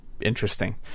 interesting